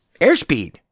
airspeed